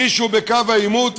מי שהוא בקו העימות,